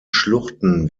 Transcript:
schluchten